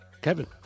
kevin